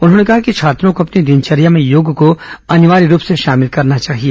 उन्होंने कहा कि छात्रों को अपनी दिनचर्या में योग को अनिवार्य रूप से शामिल करना चाहिए